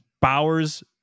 Bowers